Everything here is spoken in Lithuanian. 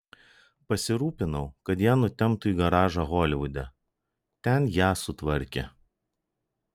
pasirūpinau kad ją nutemptų į garažą holivude ten ją sutvarkė